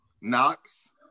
Knox